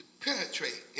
penetrate